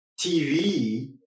TV